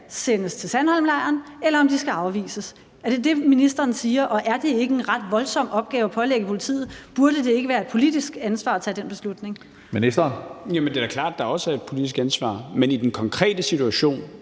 sendes til Sandholmlejren, eller om de skal afvises. Er det det, ministeren siger, og er det ikke en ret voldsom opgave at pålægge politiet? Burde det ikke være et politisk ansvar at tage den beslutning? Kl. 16:26 Tredje næstformand (Karsten Hønge): Ministeren.